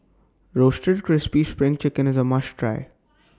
Roasted Crispy SPRING Chicken IS A must Try